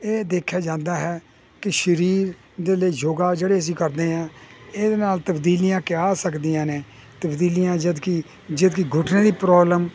ਇਹ ਦੇਖਿਆ ਜਾਂਦਾ ਹੈ ਕਿ ਸਰੀਰ ਦੇ ਲਈ ਯੋਗਾ ਜਿਹੜੇ ਅਸੀਂ ਕਰਦੇ ਹਾਂ ਇਹਦੇ ਨਾਲ ਤਬਦੀਲੀਆਂ ਕਿਆ ਆ ਸਕਦੀਆਂ ਨੇ ਤਬਦੀਲੀਆਂ ਜਦ ਕਿ ਜਦਕਿ ਗੁਟਨੇ ਦੀ ਪ੍ਰੋਬਲਮ